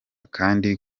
kandi